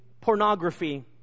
pornography